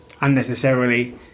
unnecessarily